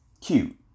cute